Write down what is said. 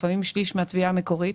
לפעמים שליש מהתביעה המקורית,